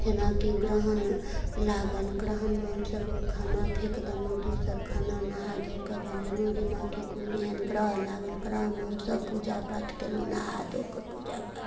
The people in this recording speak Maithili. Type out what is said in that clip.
जेनाकि ग्रहण लागल ग्रहणमे हमसभ जे खाना फेकि देलहुँ दोसर खाना नहा धो कऽ बनेलहुँ जेनाकि कोनो एहन ग्रह लागल ग्रहमे हमसभ पूजा पाठ कयलहुँ नहा धो कऽ पूजा पाठ